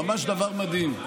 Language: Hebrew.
ממש דבר מדהים.